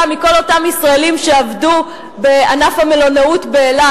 מכל אותם ישראלים שעבדו בענף המלונאות באילת.